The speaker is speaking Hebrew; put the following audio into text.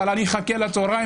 אבל אני אחכה לצהריים,